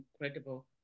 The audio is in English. incredible